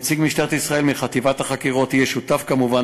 נציג משטרת ישראל מחטיבת החקירות יהיה שותף כמובן